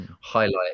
highlight